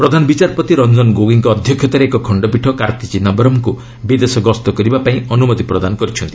ପ୍ରଧାନ ବିଚାରପତି ରଞ୍ଜନ ଗୋଗୋଇଙ୍କ ଅଧ୍ୟକ୍ଷତାରେ ଏକ ଖଣ୍ଡପୀଠ କାର୍ତ୍ତୀ ଚିଦାମ୍ଘରମ୍ଙ୍କୁ ବିଦେଶ ଗସ୍ତ କରିବା ପାଇଁ ଅନୁମତି ପ୍ରଦାନ କରିଛନ୍ତି